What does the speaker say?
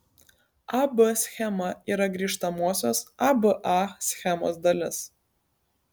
a b schema yra grįžtamosios a b a schemos dalis